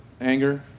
anger